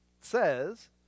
says